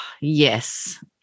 yes